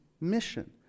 mission